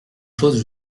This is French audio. chose